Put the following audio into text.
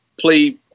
play